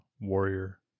Warrior